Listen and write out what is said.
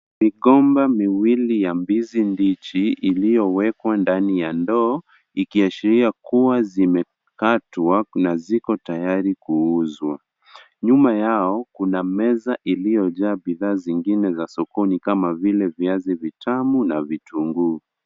Migomba miwili ya ndizi mbichi iliyowekwa ndani ya ndoo ikishairia kuwa zimekatwa na ziko tayari kuuza. Nyuma yao kuna meza iliyojaa bidhaa zingine za sokoni kama vile viazi vitamu na vitunguu.